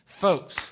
Folks